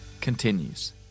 continues